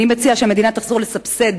אני מציעה שהמדינה תחזור לסבסד,